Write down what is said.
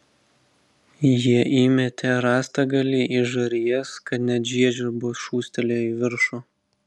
jie įmetė rąstagalį į žarijas kad net žiežirbos šūstelėjo į viršų